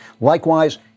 Likewise